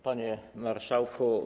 Panie Marszałku!